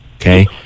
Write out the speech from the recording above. okay